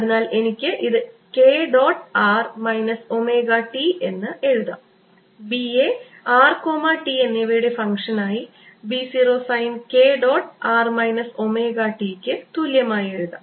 അതിനാൽ എനിക്ക് ഇത് k dot r minus omega t എന്ന് എഴുതാം B യെ r t എന്നിവയുടെ ഫംഗ്ഷനായി B 0 sine k dot r minus omega t ക്ക് തുല്യമായി എഴുതാം